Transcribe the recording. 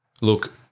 Look